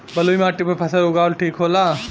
बलुई माटी पर फसल उगावल ठीक होला?